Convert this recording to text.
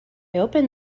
opened